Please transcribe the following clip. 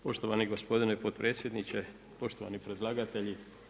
Poštovani gospodine potpredsjedniče, poštovani predlagatelji.